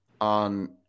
on